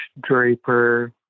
draper